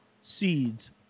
seeds